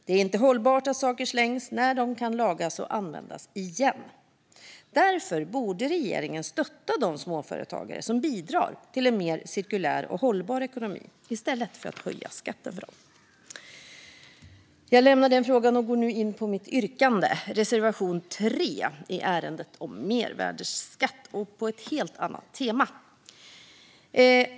Det är inte hållbart att saker slängs när de kan lagas och användas igen. Därför borde regeringen stötta de småföretagare som bidrar till en mer cirkulär och hållbar ekonomi i stället för att höja skatten för dem. Jag lämnar den frågan och går nu in på mitt yrkande. Jag yrkar bifall till reservation 3 i ärendet om mervärdesskatt, på ett helt annat tema.